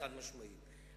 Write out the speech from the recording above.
היא חד-משמעית.